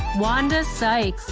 wander site